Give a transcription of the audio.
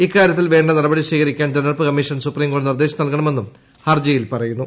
ഇക്കാര്യത്തിൽ വേണ്ട നടപടി സ്വീകരിക്കാൻ തെരഞ്ഞെട്ടുപ്പ് കമ്മീഷന് സുപ്രീംകോടതി നിർദ്ദേശം നൽകണ്ണുമെന്നും ഹർജിയിൽ പറയുന്നു